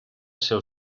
seu